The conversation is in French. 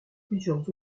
plusieurs